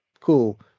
cool